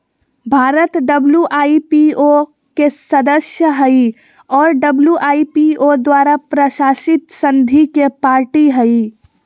Bharat WIPO के सदस्य हइ और डब्ल्यू.आई.पी.ओ द्वारा प्रशासित संधि के पार्टी हइ